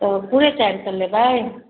तऽ पूरे चारि सओ लेबै